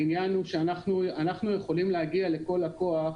העניין הוא שאנחנו יכולים להגיע לכל לקוח,